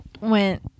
went